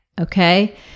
okay